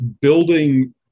building